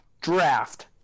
draft